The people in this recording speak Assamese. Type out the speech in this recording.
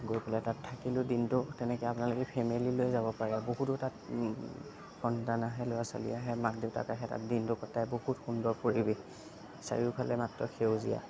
গৈ পেলাই তাত থাকিলো দিনটো তেনেকৈ আপোনালোকে ফেমেলি লৈ যাব পাৰে বহুতো তাত সন্তান আহে ল'ৰা ছোৱালী আহে মাক দেউতাক আহে তাত দিনটো কটাই বহুত সুন্দৰ পৰিৱেশ চাৰিওফালে মাত্ৰ সেউজীয়া